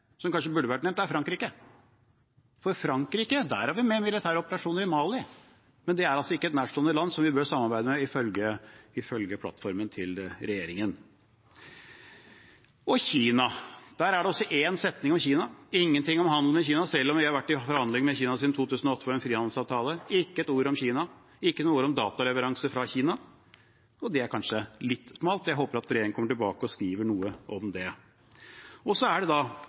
som kanskje burde vært nevnt, er Frankrike. Når det gjelder Frankrike, er vi med i militære operasjoner i Mali, men Frankrike er altså ikke et nærstående land som vi bør samarbeide med, ifølge plattformen til regjeringen. Det er én setning om Kina, men ingen ting om handel med Kina selv om vi har vært i forhandlinger med Kina om en frihandelsavtale siden 2008 – ikke et ord om Kina. Det er ikke noen ord om dataleveranser fra Kina, og det er kanskje litt rart. Jeg håper at regjeringen kommer tilbake og skriver noe om det. Så er det